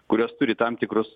kurios turi tam tikrus